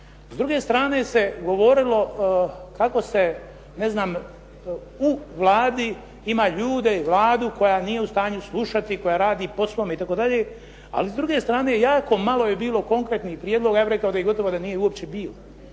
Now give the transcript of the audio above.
S druge strane se govorilo kako se, ne znam u Vladi ima ljude i Vladu koja nije u stanju slušati, koja radi po svom i tako dalje, ali s druge strane, jako malo je bilo konkretnih prijedloga, ja bih rekao da ih gotovo da ih nije uopće bilo.